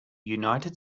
united